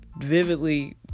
vividly